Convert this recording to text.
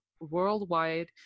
worldwide